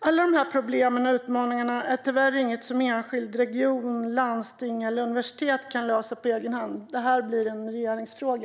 Alla dessa problem och utmaningar är tyvärr inget som enskilda regioner, landsting eller universitet kan lösa på egen hand. Det här blir en regeringsfråga.